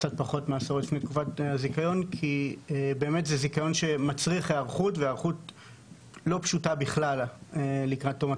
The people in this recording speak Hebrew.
מדובר בזיכיון שמצריך היערכות מורכבת לקראת תום התקופה.